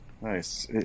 nice